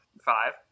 five